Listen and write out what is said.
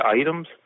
items